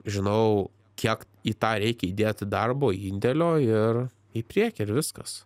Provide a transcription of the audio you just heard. žinau kiek į tą reikia įdėti darbo indėlio ir į priekį ir viskas